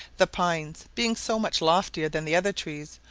the pines being so much loftier than the other trees,